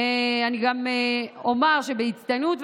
וגם אומר שבהצטיינות,